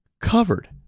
covered